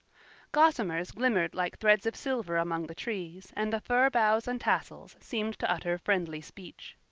gossamers glimmered like threads of silver among the trees and the fir boughs and tassels seemed to utter friendly speech.